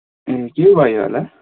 ए के भयो होला